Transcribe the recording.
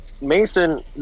Mason